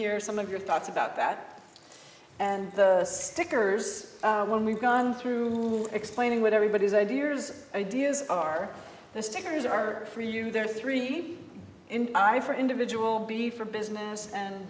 hear some of your thoughts about that and the stickers when we've gone through explaining what everybody is i do years ideas are the stickers are for you there are three and i for individual b for business and